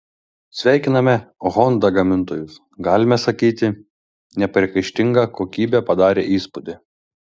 sveikiname honda gamintojus galima sakyti nepriekaištinga kokybė padarė įspūdį